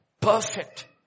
perfect